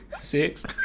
Six